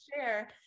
share